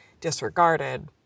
disregarded